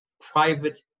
private